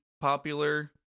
popular